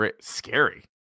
Scary